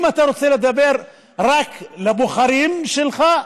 אם אתה רוצה לדבר רק אל הבוחרים שלך,